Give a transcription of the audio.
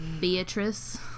Beatrice